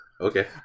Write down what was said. Okay